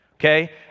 Okay